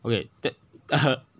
okay that